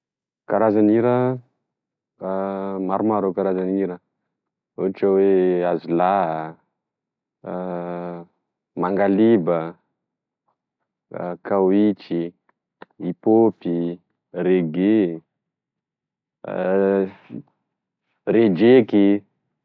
Karazan'hira maromaro e karazan'hira ohatry oe hazolahy, mangaliba, kawitry, hip hop, reggae, redjeky.